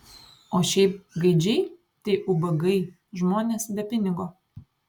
o šiaip gaidžiai tai ubagai žmonės be pinigo